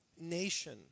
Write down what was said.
nation